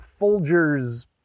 Folgers